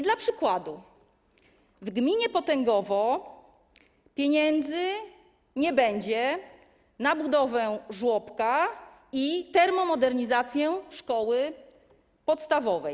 Dla przykładu w gminie Potęgowo pieniędzy nie będzie na budowę żłobka i termomodernizację szkoły podstawowej.